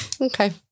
okay